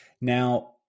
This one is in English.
Now